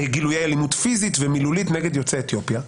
גילויי אלימות פיזית ומילולית נגד יוצאי אתיופיה.